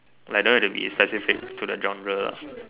like don't have to be specific to the genre lah